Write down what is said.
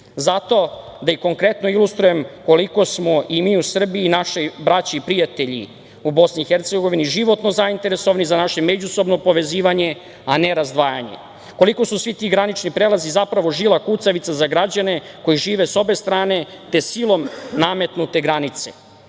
Zato, da i konkretno ilustrujem, koliko smo i mi u Srbiji, našoj braći i prijatelji u Bosni i Hercegovini životno zainteresovani za naše međusobno povezivanje, a ne razdvajanje. Koliko su svi ti granični prelazi, zapravo žila kucavica za građane koji žive sa obe strane, te silom nametnute granice,